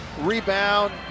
rebound